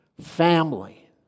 Family